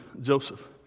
Joseph